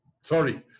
sorry